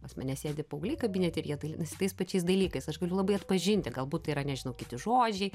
pas mane sėdi paaugliai kabinete ir jie dalinasi tais pačiais dalykais aš galiu labai atpažinti galbūt tai yra nežinau kiti žodžiai